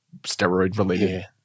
steroid-related